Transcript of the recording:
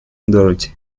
dorothy